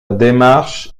démarche